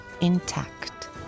intact